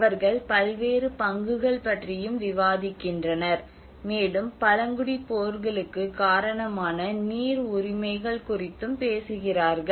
அவர்கள் பல்வேறு பங்குகள் பற்றியும் விவாதிக்கின்றனர் மேலும் பழங்குடிப் போர்களுக்கு காரணமான நீர் உரிமைகள் குறித்தும் பேசுகிறார்கள்